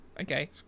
Okay